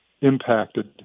impacted